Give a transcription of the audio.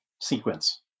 sequence